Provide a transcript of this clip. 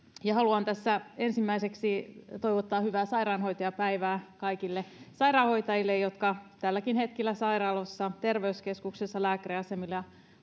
haluan tässä ensimmäiseksi toivottaa hyvää sairaanhoitajapäivää kaikille sairaanhoitajille jotka tälläkin hetkellä sairaaloissa terveyskeskuksissa lääkäriasemilla